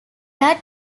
are